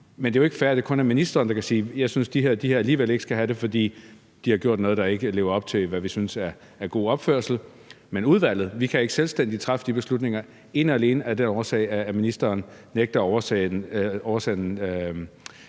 Men det er jo ikke fair, at det kun er ministeren, der kan sige: Jeg synes, at de her alligevel ikke skal have det, for de har gjort noget, hvor de ikke lever op til, hvad vi synes er god opførsel. Men i udvalget kan vi ikke selvstændigt træffe de beslutninger ene og alene af den årsag, at ministeren nægter at